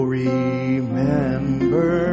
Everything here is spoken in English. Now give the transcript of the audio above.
remember